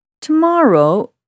Tomorrow